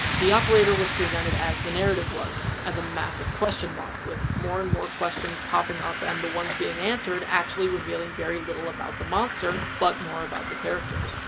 the operator was presented as the narrative was, as a massive question mark with more and more questions popping up and the ones being answered actually revealing very little about the monster. but, more about the characters.